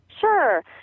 Sure